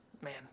Man